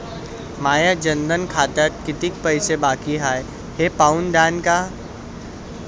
माया जनधन खात्यात कितीक पैसे बाकी हाय हे पाहून द्यान का?